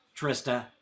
Trista